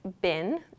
bin